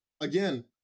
Again